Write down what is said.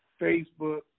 Facebook